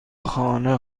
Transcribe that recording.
خانه